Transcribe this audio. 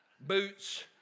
boots